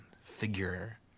figure